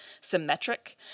symmetric